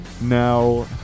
Now